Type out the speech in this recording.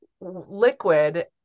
liquid